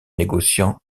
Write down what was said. négociant